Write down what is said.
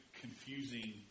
confusing